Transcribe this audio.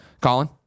Colin